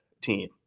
team